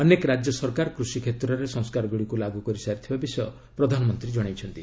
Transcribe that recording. ଅନେକ ରାଜ୍ୟସରକାର କୃଷି କ୍ଷେତ୍ରରେ ସଂସ୍କାର ଗୁଡ଼ିକୁ ଲାଗୁ କରି ସାରିଥିବା ବିଷୟ ପ୍ରଧାନମନ୍ତ୍ରୀ ଜଣାଇଛନ୍ତି